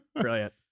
Brilliant